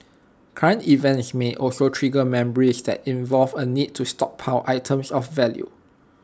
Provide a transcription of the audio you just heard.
current events may also trigger memories that involve A need to stockpile items of value